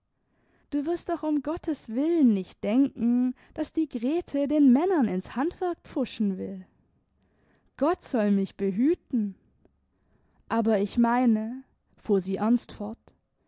du wirst doch um gottes willen nicht denken daß die grete den männern ins handwerk pfuschen will gott soll mich behüten aber ich meine fuhr sie ernst fort